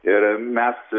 ir mes